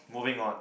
moving on